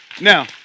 Now